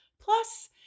plus